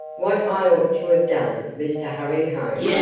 what i ought to have done was to hurry home,